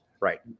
right